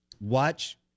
watch